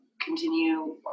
continue